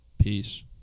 Peace